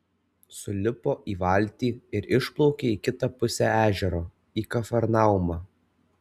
sulipo į valtį ir išplaukė į kitą pusę ežero į kafarnaumą